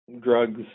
drugs